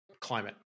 climate